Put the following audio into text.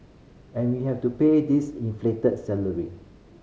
and we have to pay these inflated salary